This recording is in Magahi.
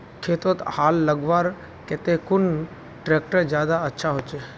खेतोत हाल लगवार केते कुन ट्रैक्टर ज्यादा अच्छा होचए?